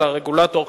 על הרגולטור,